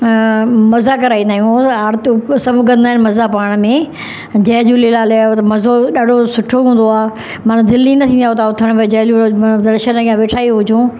मज़ा कराईंदा आहियूं आर्तियूं सब कंदा आहिनि मज़ा पाण में जय झूलेलाल इहो त मज़ो ॾाढो सुठो हूंदो आहे माना दिलि ई न थींदी आहे उता उथणु जय झूलेलाल दर्शनु कया वेठा ई हुजूं